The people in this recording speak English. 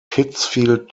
pittsfield